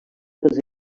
pels